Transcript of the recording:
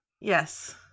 yes